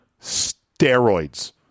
steroids